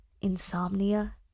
Insomnia